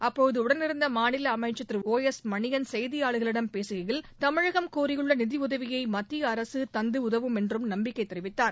அப்போது உடனிருந்த மாநில அமைச்சர் திரு ஓ எஸ் மணியன் செய்தியாளர்களிடம் பேசுகையில் தமிழகம் கோரியுள்ள நிதியுதவியை மத்திய அரசு தந்து உதவும் என்று நம்பிக்கை தெரிவித்தார்